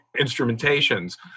instrumentations